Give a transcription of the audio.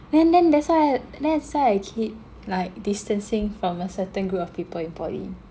then then that's why that's why I keep like distancing from a certain group of people in poly